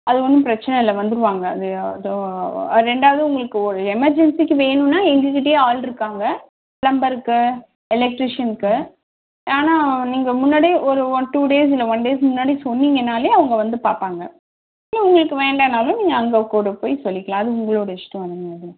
அது ஒன்றும் பிரச்சனை இல்லை வந்துடுவாங்க அது தோ ரெண்டாவது உங்களுக்கு ஒரு எமர்ஜென்ஸிக்கு வேணும்னா எங்கள்கிட்டையே ஆள் இருக்காங்க ப்ளம்பருக்கு எலெக்ட்ரீஷியனுக்கு ஆனால் நீங்கள் முன்னாடியே ஒரு ஒன் டூ டேஸ் இல்லை ஒன் டேஸ் முன்னாடி சொன்னீங்கன்னாலே அவங்கள் வந்து பார்ப்பாங்க ஸோ உங்களுக்கு வேண்டான்னாலும் நீங்கள் அங்கே கூட போய் சொல்லிக்கலாம் அது உங்களுடைய இஷ்டம் அது மேடம்